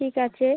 ঠিক আছে